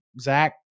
Zach